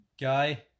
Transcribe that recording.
guy